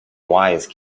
wise